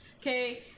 okay